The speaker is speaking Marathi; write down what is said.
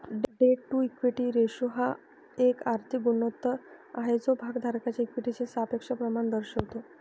डेट टू इक्विटी रेशो हा एक आर्थिक गुणोत्तर आहे जो भागधारकांच्या इक्विटीचे सापेक्ष प्रमाण दर्शवतो